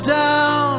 down